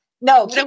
No